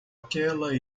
àquela